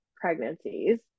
pregnancies